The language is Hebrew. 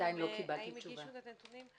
הגישו נתונים?